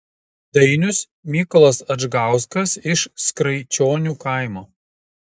dainius mykolas adžgauskas iš skraičionių kaimo